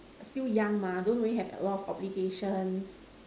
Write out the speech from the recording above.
still young mah don't really have a lot of obligations